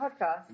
podcast